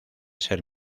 ser